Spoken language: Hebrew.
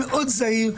מאוד זהיר.